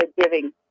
giving